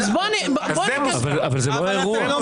אני אישה דתית ואני רוצה להופיע בפני נשים